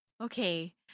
Okay